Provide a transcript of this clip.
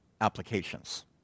applications